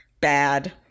bad